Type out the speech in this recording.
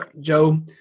joe